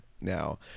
now